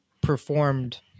performed